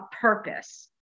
purpose